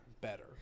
better